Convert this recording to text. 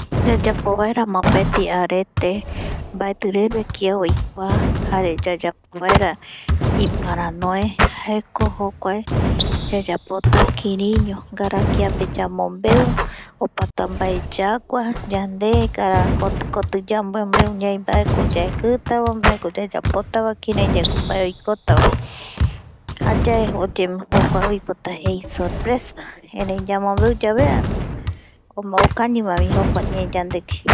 yayapo vaera mopeti arete mbatireve kia oikua jare yayapovaera iparanoe jaeko jokuae yayapo ta kiriiño, ngaraa kiape yamombeu ,opata mbae yagua yande, ngara koti, koti, yamombeu ñai mbaeko yaekita vae mbaeko yayayapotavae, kiraiyaeko mbae oikotavae jayae jokua voipota jei sorpresa erei yamombeu yave jaema okañimavi jokuae ñee yandegui